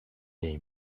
they